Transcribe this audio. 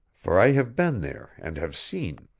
for i have been there and have seen.